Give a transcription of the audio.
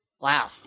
Wow